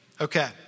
Okay